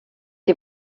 die